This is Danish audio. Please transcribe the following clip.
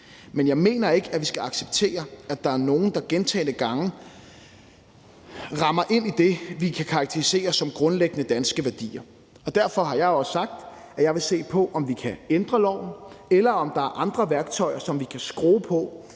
Men jeg mener ikke, at vi skal acceptere, at der er nogle, der gentagne gange ramler ind i det, vi kan karakterisere som grundlæggende danske værdier. Derfor har jeg også sagt, at jeg vil se på, om vi kan ændre loven, eller om der er andre værktøjer, vi kan bruge,